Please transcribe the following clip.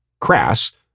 Crass